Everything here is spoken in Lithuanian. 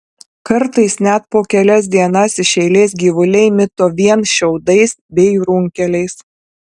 kartais net po kelias dienas iš eilės gyvuliai mito vien šiaudais bei runkeliais